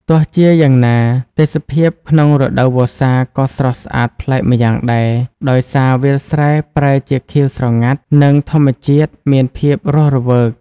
ទោះជាយ៉ាងណា ទេសភាពក្នុងរដូវវស្សាក៏ស្រស់ស្អាតប្លែកម្យ៉ាងដែរ ដោយសារវាលស្រែប្រែជាខៀវស្រងាត់និងធម្មជាតិមានភាពរស់រវើក។